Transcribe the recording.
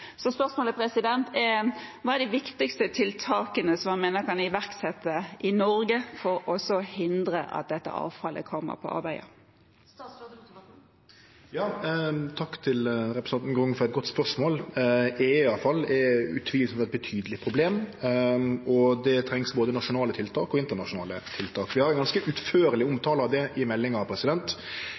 Så spørsmålet er: Hva er de viktigste tiltakene man mener kan iverksettes i Norge for også å hindre at dette avfallet kommer på avveier? Takk til representanten Grung for eit godt spørsmål. EE-avfall er utvilsamt eit betydeleg problem, og det trengst både nasjonale tiltak og internasjonale tiltak. Vi har ein ganske utførleg omtale av det i meldinga.